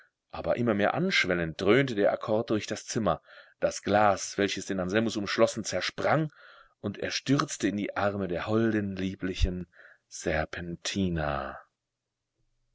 aber immer mehr anschwellend dröhnte der akkord durch das zimmer das glas welches den anselmus umschlossen zersprang und er stürzte in die arme der holden lieblichen serpentina